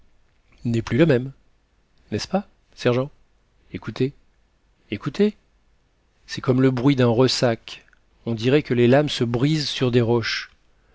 n'est plus le même n'est-ce pas sergent écoutez écoutez c'est comme le bruit d'un ressac on dirait que les lames se brisent sur des roches